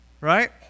Right